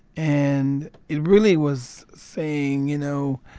and it really was saying, you know,